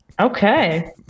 Okay